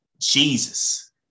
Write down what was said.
Jesus